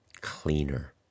cleaner